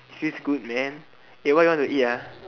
feels good man eh what you want to eat ah